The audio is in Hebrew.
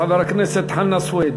חבר הכנסת חנא סוייד.